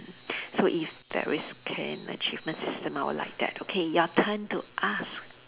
mm so if there is care and achievement system I would like that okay your time to ask